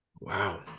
Wow